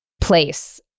place